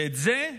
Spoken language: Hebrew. ואת זה,